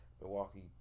Milwaukee